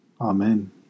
Amen